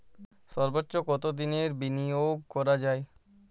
সর্বোচ্চ কতোদিনের বিনিয়োগ করা যায়?